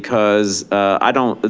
because i don't,